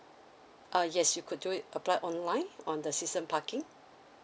err yes you could do it apply online on the season parking